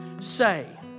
say